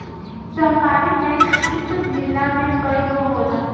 सहकारी बैंक इक जिला में कई गो होला